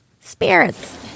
Spirits